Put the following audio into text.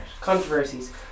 Controversies